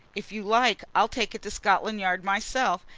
if you like i'll take it to scotland yard myself,